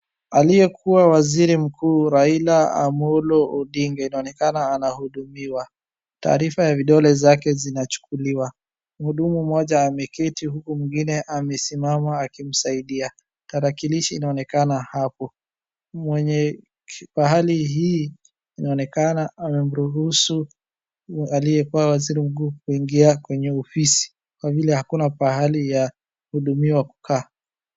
Aliyekuwa waziru mkuu Raila Omollo Odinga inaonekana anahudumiwa. Taarifa ya vidole zake zinachukuliwa mhudumu mmoja ameketi huku mwingine amesimama akimsaidia tarakilishi inaonekana hapo. Mwenye pahali hii inaonekana amemruhusu aliyekuwa waziri mkuu kuingia kwenye ofisi kwa vile hakuna mahali ya mhudumiwa kukaa.